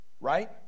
right